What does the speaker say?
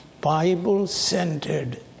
Bible-centered